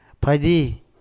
Padi